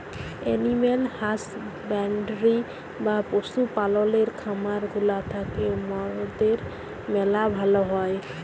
animal husbandry বা পশু পাললের খামার গুলা থ্যাকে মরদের ম্যালা ভাল হ্যয়